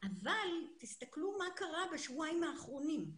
אבל תסתכלו מה קרה בשבועיים האחרונים.